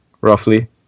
roughly